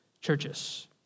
churches